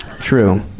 True